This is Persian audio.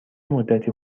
مدتی